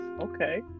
Okay